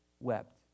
wept